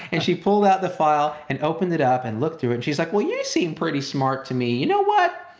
and she pulled out the file and opened it up and looked through it. and she's like, well, you seem pretty smart to me. you know what,